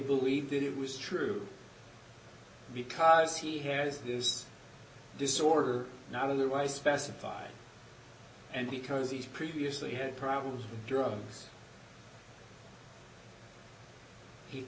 believed it was true because he has this disorder not otherwise specified and because he's previously had problems with drugs he